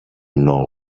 know